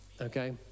okay